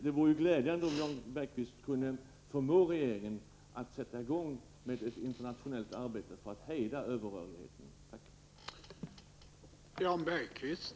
Det vore glädjande om Jan Bergqvist kunde förmå regeringen att sätta i gång ett internationellt samarbete för att man skall kunna hejda överrörligheten av kapital.